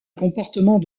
comportement